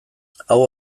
hau